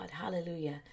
Hallelujah